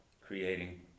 creating